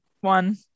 one